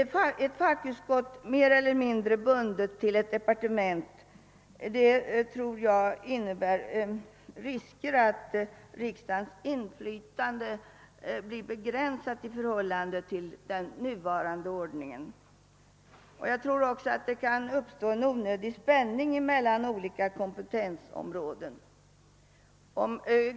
Om varje fackutskott blir mer eller mindre hårt bundet till ett departement, tror jag det är risk att riksdagens inflytande blir begränsat i förhållande till den nuvarande ordningen, och jag tror också det kan uppstå en onödig spänning på grund av svårigheten att avgränsa kompetensområdena.